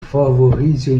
favorisent